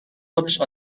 خودش